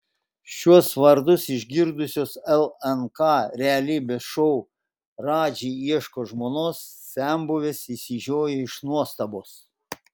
šiuos vardus išgirdusios lnk realybės šou radži ieško žmonos senbuvės išsižiojo iš nuostabos